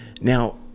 now